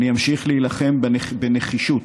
אמשיך להילחם בנחישות,